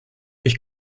ich